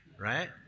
right